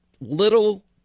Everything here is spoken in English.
little